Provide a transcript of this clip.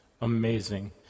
amazing